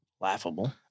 laughable